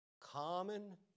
common